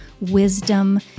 wisdom